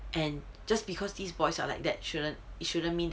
and just because these boys are like that shouldn't it shouldn't mean that